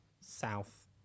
South